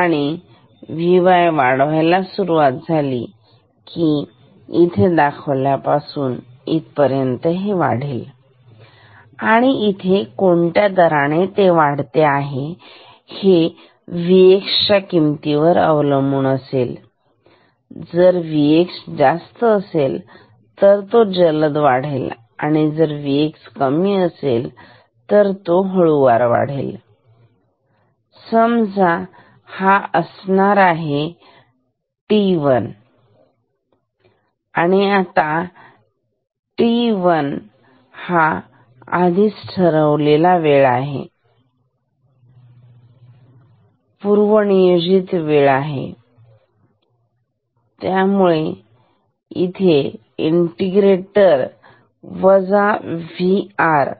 तर Vy वाढायला सुरुवात होत आहे इथपासून इथे दाखवल्याप्रमाणे आणि इथे कोणत्या दराने तो वाढत आहे हे अवलंबून असेल Vx च्या किमती वर जर Vx जास्त असेल तर तो जलद वाढत जाईल आणि जर Vx कमी असेल तर तो हळुवार वाढेल आणि समजा हा असेल वेळ टी वन आता t1 हा आधीच ठरवलेला वेळ आहे आधीच ठरवलेलं वेळ आहे पूर्वनियोजित वेळ इथे इंटिग्रेटेर वजा वी आर Vr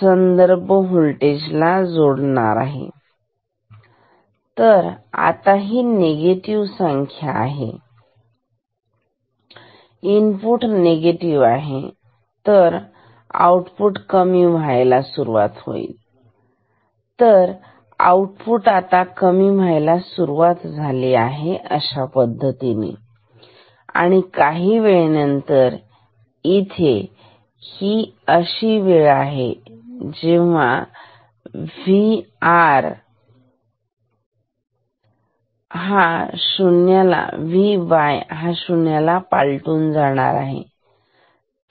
संदर्भ होल्टेज ला जोडले आहे तर आताही निगेटिव्ह संख्या आहे आणि इनपुट हे निगेटिव आहे तर आउटपुट कमी व्हायला सुरुवात होईल तर आउटपुट आता कमी व्हायला सुरुवात झाली आहे अशा पद्धतीने आणि काही वेळेनंतर इथे ही अशी वेळ आहे जेव्हा Vy हा शून्याला पालटून जात आहे ठीक